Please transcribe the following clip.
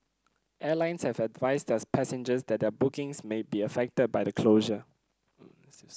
airlines have advised their passengers that their bookings may be affected by the closure